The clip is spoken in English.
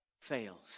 fails